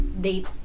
date